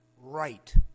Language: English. right